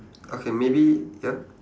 okay maybe ya